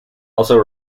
also